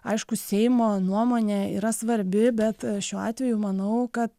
aišku seimo nuomonė yra svarbi bet šiuo atveju manau kad